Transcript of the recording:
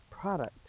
product